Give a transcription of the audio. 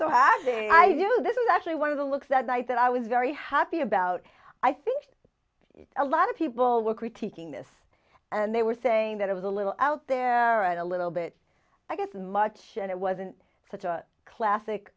adding i do this is actually one of the looks that night that i was very happy about i think a lot of people were critiquing this and they were saying that it was a little out there and a little bit i guess much and it wasn't such a classic